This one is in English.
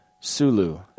Sulu